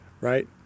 right